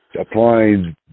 Applying